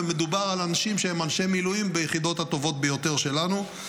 ומדובר על אנשים שהם אנשי מילואים ביחידות הטובות ביותר שלנו.